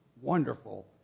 wonderful